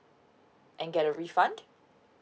and get a refund